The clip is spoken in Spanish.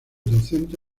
docente